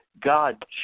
God